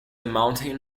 mountain